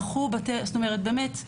באמת,